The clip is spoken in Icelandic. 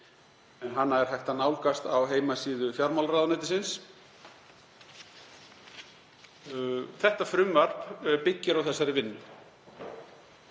en hana er hægt að nálgast á heimasíðu fjármálaráðuneytisins. Þetta frumvarp byggir á þessari vinnu.